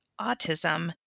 autism